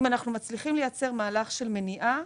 אם אנחנו מצליחים לייצר מהלך של מניעה,